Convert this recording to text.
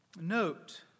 Note